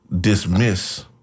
dismiss